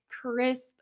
crisp